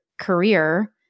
career